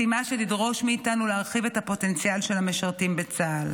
משימה שתדרוש מאיתנו להרחיב את הפוטנציאל של המשרתים בצה"ל.